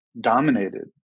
dominated